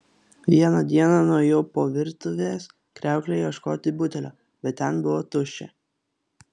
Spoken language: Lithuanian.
vieną dieną nuėjau po virtuvės kriaukle ieškoti butelio bet ten buvo tuščia